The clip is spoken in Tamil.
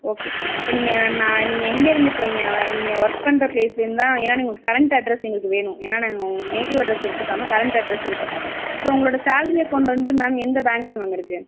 ஓகே இப்போ நீங்கள் நான் நீங்கள் எங்கேயிருந்து இப்போ இங்கே நீங்கள் ஒர்க் பண்ணுற ப்ளேஸ்லேருந்தா ஏன்னால் நீங்கள் கரண்ட் அட்ரஸ் எங்களுக்கு வேணும் ஏன்னால் நாங்கள் உங்கள் நேட்டிவ் அட்ரஸ் எடுத்துக்காமல் கரண்ட் அட்ரஸ் எடுத்துப்போம் இப்போ உங்களோடய சேலரி அக்கௌன்ட் வந்து மேம் எந்த பேங்கில் மேம் இருக்குது